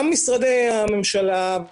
גם משרדי הממשלה,